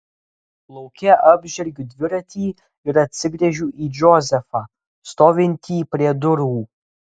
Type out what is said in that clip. lauke apžergiu dviratį ir atsigręžiu į džozefą stovintį prie durų